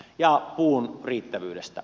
ja puun riittävyydestä